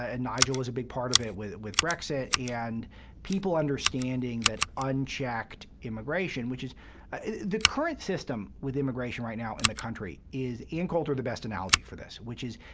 ah and nigel was a big part of it with it with brexit. and people understanding that unchecked immigration, which is the current system with immigration right now in the country is ann coulter had the best analogy for this, which is,